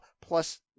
Plus